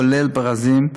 כולל ברזים,